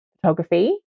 photography